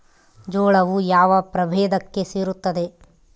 ಜೋಳವು ಯಾವ ಪ್ರಭೇದಕ್ಕೆ ಸೇರುತ್ತದೆ?